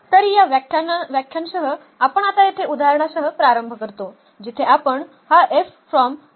तर या व्याख्यांसह आपण आता येथे उदाहरणासह प्रारंभ करतो जिथे आपण हा घेतला आहे